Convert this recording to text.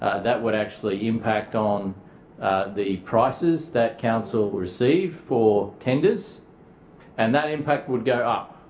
ah that would actually impact on the prices that council receive for tenders and that impact would go up.